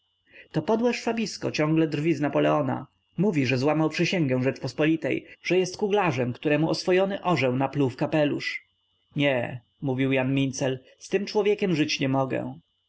to podłe szwabisko ciągle drwi z napoleona mówi że złamał przysięgę rzeczypospolitej że jest kuglarzem któremu oswojony orzeł napluł w kapelusz nie mówił jan mincel z tym człowiekiem żyć nie mogę